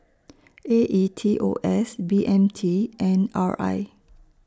A E T O S B M T and R I